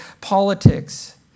politics